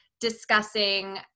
discussing